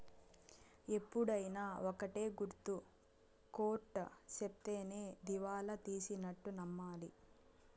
ఎప్పుడైనా ఒక్కటే గుర్తు కోర్ట్ సెప్తేనే దివాళా తీసినట్టు నమ్మాలి